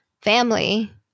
family